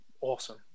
awesome